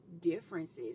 differences